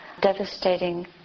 devastating